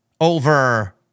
over